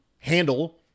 handle